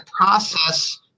process